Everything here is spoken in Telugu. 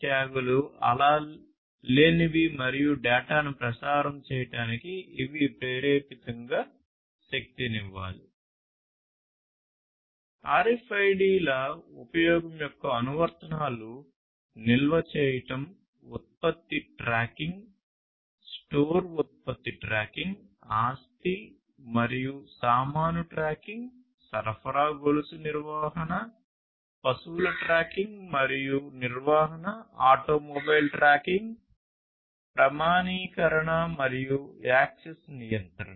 RFID ల ఉపయోగం యొక్క అనువర్తనాలు నిల్వ చేయడం ఉత్పత్తి ట్రాకింగ్ స్టోర్ ఉత్పత్తి ట్రాకింగ్ ఆస్తి మరియు సామాను ట్రాకింగ్ సరఫరా గొలుసు నిర్వహణ పశువుల ట్రాకింగ్ మరియు నిర్వహణ ఆటో మొబైల్ ట్రాకింగ్ ప్రామాణీకరణ మరియు యాక్సెస్ నియంత్రణ